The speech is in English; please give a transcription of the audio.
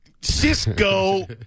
Cisco